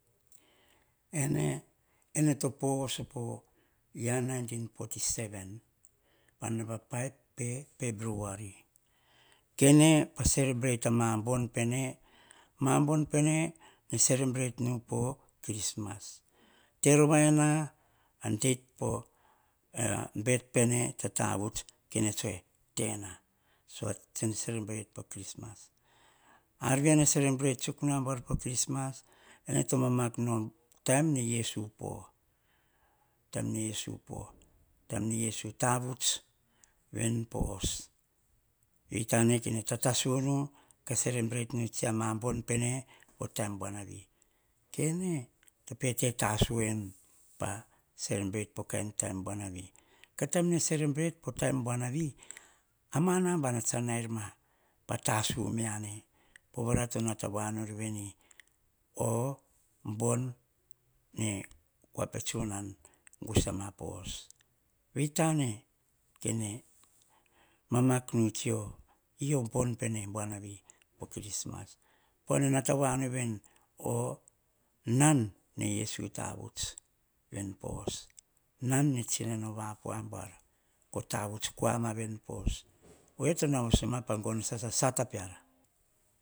Ene-ene to po voso po year nineteen forty seven, pa namba five february. Kene pa serebrate a ma bon pene. Nene serebrate nu po krismas deit po bet pene tsa tavut, kene tsoe tena. Pova tsene serebrate po krismas, ar vea nene serebrate tsuk nu abuar po krismas? Ene to mamak nu o taim ne yesu po, taim ne yesu po, taim ne yesu tavut po os. Vei tame nene tatasunu ka cerebrate nu ama bon pene po taim buanavi kene to pete tasu enu, pa cerebrate po kain taim buanavi. Ko taim nene serebrate po taim buanavi, ma nabona tsa near ma, pa tasu me a ne, povo oria to nata voa nor veni, bon ne kua pe tsunan gusama po os. Vei tane kene mak tsio, e o bon pene buanavi po krismas. Pova ne nata voa nu veni, o nan ne yesu tavuts. Veni po os, nan ne tsinano yapo abuar. Ko tavut kua ma vene po os. Nao vos ma pa gono sasa a sata peara.